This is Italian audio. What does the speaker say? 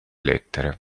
lettere